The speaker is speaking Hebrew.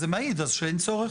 זה מעיד אז שאין צורך.